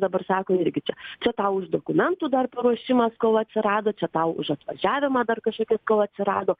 dabar sako irgi čia čia tau už dokumentų dar paruošimą skola atsirado čia tau už atvažiavimą dar kažkokia skola atsirado